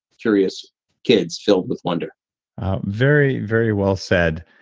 curious kids filled with wonder very, very well said.